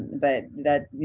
but that, you